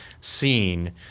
seen